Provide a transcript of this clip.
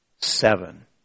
seven